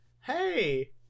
Hey